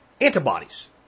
antibodies